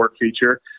feature